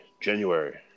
January